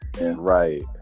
right